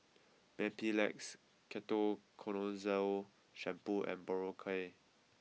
Mepilex Ketoconazole Shampoo and Berocca